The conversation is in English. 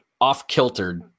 off-kiltered